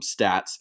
stats